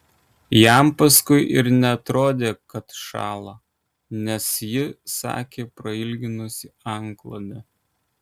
jam paskui ir neatrodė kad šąla nes ji sakė prailginusi antklodę